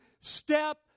step